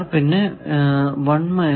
പിന്നെ 1 മൈനസ്